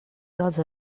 dels